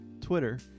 Twitter